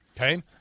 Okay